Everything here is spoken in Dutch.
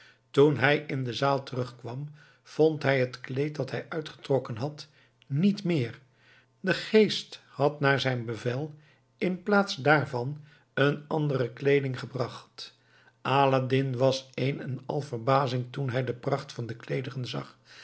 toen hij in de zaal terugkwam vond hij het kleed dat hij uitgetrokken had niet meer de geest had naar zijn bevel in plaats daarvan een andere kleeding gebracht aladdin was een en al verbazing toen hij de pracht van de kleeren zag